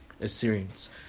Assyrians